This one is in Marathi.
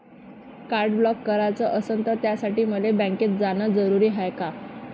कार्ड ब्लॉक कराच असनं त त्यासाठी मले बँकेत जानं जरुरी हाय का?